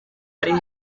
ari